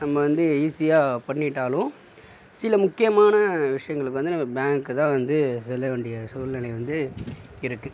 நம்ம வந்து ஈஸியாக பண்ணிவிட்டாலும் சில முக்கியமான விஷயங்களுக்கு வந்து நம்ம பேங்க்கு தான் வந்து செல்ல வேண்டிய சூழ்நிலை வந்து இருக்கு